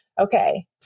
okay